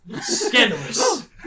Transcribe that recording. scandalous